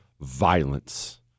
violence